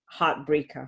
heartbreaker